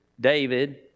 David